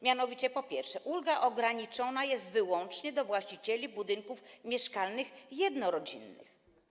Mianowicie, po pierwsze, ulga ograniczona jest wyłącznie do właścicieli budynków mieszkalnych jednorodzinnych.